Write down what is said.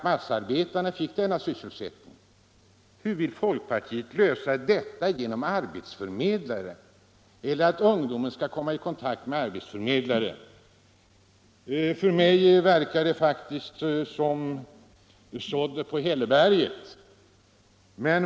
Hur kan folkpartiet lösa detta ungdomsarbetslöshetsproblem genom arbetsförmedlare? För mig verkar det faktiskt som sådd på hälleberget.